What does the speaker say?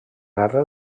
guerra